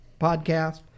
podcast